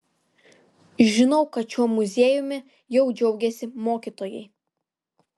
žinau kad šiuo muziejumi jau džiaugiasi mokytojai